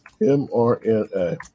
mRNA